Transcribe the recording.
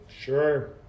Sure